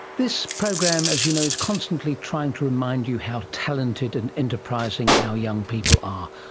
this program, as you know, is constantly trying to remind you how talented and enterprising our young people are,